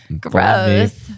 gross